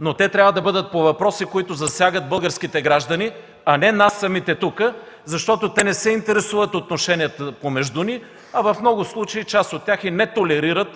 но те трябва да бъдат по въпроси, които засягат българските граждани, а не нас самите тук, защото те не се интересуват от отношенията помежду ни, а в много случаи част от тях и не толерират